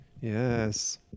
Yes